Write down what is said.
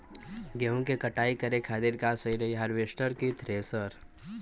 गेहूँ के कटाई करे खातिर का सही रही हार्वेस्टर की थ्रेशर?